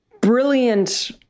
brilliant